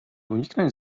uniknąć